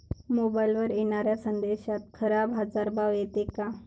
मोबाईलवर येनाऱ्या संदेशात खरा बाजारभाव येते का?